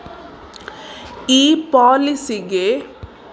ಈ ಪಾಲಿಸಿಗೆ ಎಷ್ಟು ವರ್ಷ ಕಾಸ್ ಕಟ್ಟಬೇಕು?